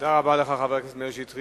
תודה לך, חבר הכנסת שטרית.